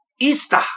Easter